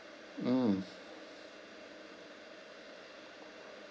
mm